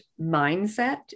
mindset